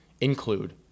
include